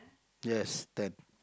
yes ten